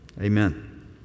Amen